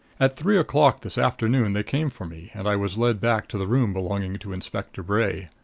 at three o'clock this afternoon they came for me and i was led back to the room belonging to inspector bray.